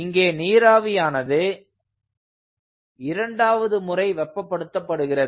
இங்கே நீராவியானது இரண்டாவது முறை வெப்பப்படுத்தப்படுகிறது